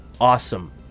awesome